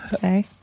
say